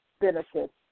benefits